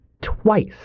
twice